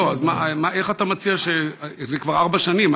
אז איך אתה מציע, זה כבר ארבע שנים.